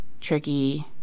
tricky